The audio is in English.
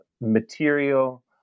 material